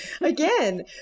again